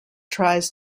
tries